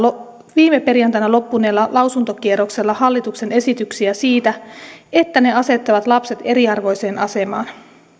viime perjantaina loppuneella lausuntokierroksella hallituksen esityksiä siitä että ne asettavat lapset eriarvoiseen asemaan